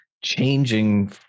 changing